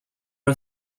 are